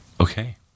Okay